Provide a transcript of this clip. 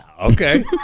Okay